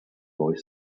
boy